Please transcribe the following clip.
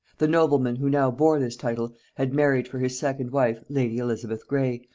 the nobleman who now bore this title had married for his second wife lady elizabeth grey,